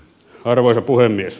arvoisa puhemies